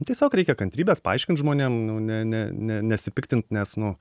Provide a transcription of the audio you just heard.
tiesiog reikia kantrybės paaiškint žmonėm nu ne ne ne nesipiktint nes nu